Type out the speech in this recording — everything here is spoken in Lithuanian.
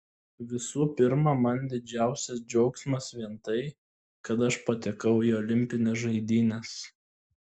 visų pirma man didžiausias džiaugsmas vien tai kad aš patekau į olimpines žaidynes